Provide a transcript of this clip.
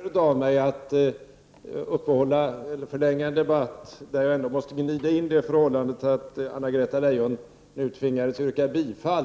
Herr talman! Det är kanske onödigt att förlänga en debatt där jag ändå måste gnida in det förhållandet att Anna-Greta Leijon nu tvingades yrka bi fall